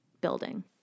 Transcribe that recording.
building